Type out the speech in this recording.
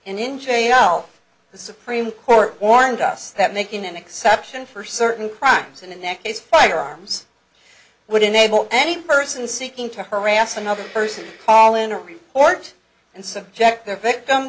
and in jail the supreme court warned us that making an exception for certain crimes and in that case firearms would enable any person seeking to harass another person call in a report and subject their victim